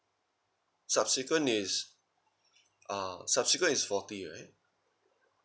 subsequent is ah subsequent is forty right